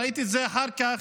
ראיתי את זה אחר כך,